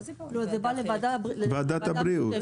כן.